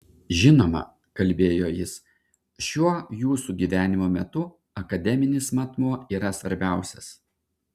žinoma kalbėjo jis šiuo jūsų gyvenimo metu akademinis matmuo yra svarbiausias